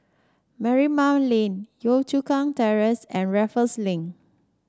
Marymount Lane Yio Chu Kang Terrace and Raffles Link